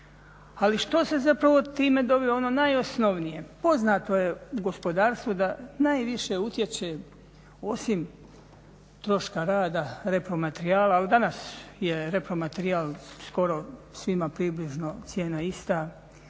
ali što se zapravo time dobiva? Ono najosnovnije, poznato je u gospodarstvu da najviše utječe osim troška rada, repromaterijala ali danas je repromaterijal skoro svima približno cijena ista,